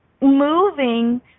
moving